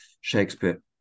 Shakespeare